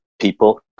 People